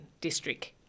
district